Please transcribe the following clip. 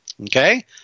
Okay